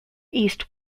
east